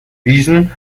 wiesen